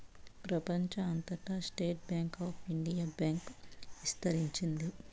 ప్రెపంచం అంతటా State Bank of India bank ఇస్తరించింది